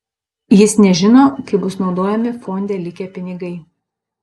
jis nežino kaip bus naudojami fonde likę pinigai